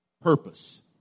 purpose